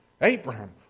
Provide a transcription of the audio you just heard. Abraham